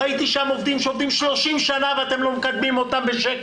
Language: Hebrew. ראיתי שם עובדים שעובדים 30 שנה ואתם לא מקדמים בשקל,